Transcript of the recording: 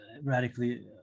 radically